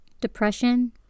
Depression